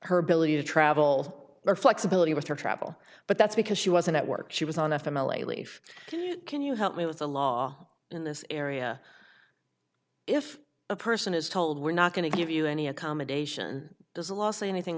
her ability to travel or flexibility with her travel but that's because she wasn't at work she was on a family leaf can you help me with the law in this area if a person is told we're not going to give you any accommodation does the law say anything